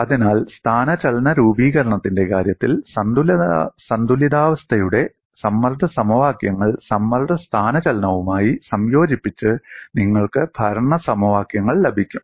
അതിനാൽ സ്ഥാനചലന രൂപീകരണത്തിന്റെ കാര്യത്തിൽ സന്തുലിതാവസ്ഥയുടെ സമ്മർദ്ദ സമവാക്യങ്ങൾ സമ്മർദ്ദ സ്ഥാനചലനവുമായി സംയോജിപ്പിച്ച് നിങ്ങൾക്ക് ഭരണ സമവാക്യങ്ങൾ ലഭിക്കും